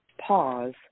pause